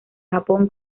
japón